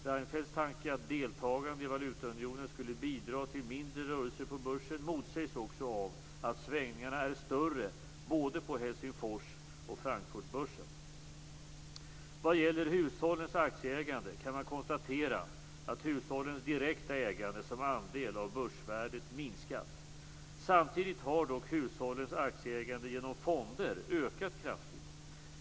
Reinfeldts tanke att deltagande i valutaunionen skulle bidra till mindre rörelser på börsen motsägs också av att svängningarna är större både på Helsingfors och Frankfurtbörsen. Vad gäller hushållens aktieägande kan man konstatera att hushållens direkta ägande som andel av börsvärdet minskat. Samtidigt har dock hushållens aktieägande genom fonder ökat kraftigt.